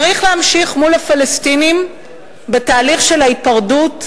צריך להמשיך מול הפלסטינים בתהליך של ההיפרדות,